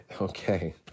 okay